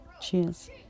cheers